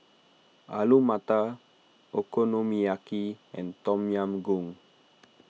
Alu Matar Okonomiyaki and Tom Yam Goong